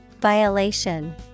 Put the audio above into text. Violation